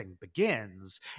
begins